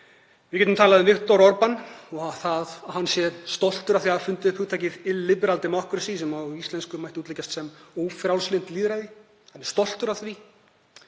Við getum talað um Viktor Orbán og að hann sé stoltur af því að hafa fundið upp hugtakið „illiberal democracy“ sem á íslensku mætti útleggjast sem ófrjálslynt lýðræði, hann er stoltur af því.